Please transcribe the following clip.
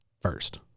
first